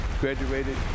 Graduated